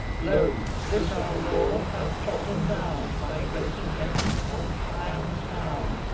lo! this our lord hath trodden down, by grace of heaven, old priam's town,